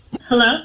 Hello